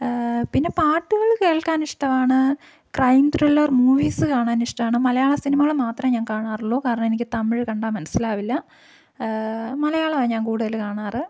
പിന്നെ പാട്ടുകൾ കേൾക്കാൻ ഇഷ്ടമാണ് ക്രൈം ത്രില്ലർ മൂവീസ് കാണാൻ ഇഷ്ടമാണ് മലയാള സിനിമകൾ മാത്രമേ ഞാൻ കാണാറുള്ളൂ കാരണം എനിക്ക് തമിഴ് കണ്ടാല് മനസ്സിലാവില്ല മലയാളം ഞാൻ കൂടുതൽ കാണാറ്